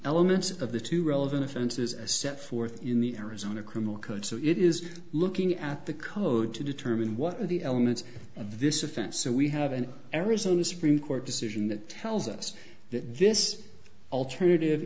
elements of the two relevant offenses a set forth in the arizona criminal code so it is looking at the code to determine what are the elements of this offense so we have an arizona supreme court decision that tells us that this alternative